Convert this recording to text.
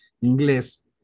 inglés